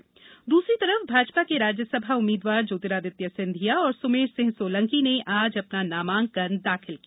वहीं दूसरी तरफ भाजपा के राज्यसभा उम्मीद्वार ज्योतिरादित्य सिंधिया और सुमेर सिंह सोलंकी ने आज अपना नामांकन दाखिल किया